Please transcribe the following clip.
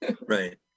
Right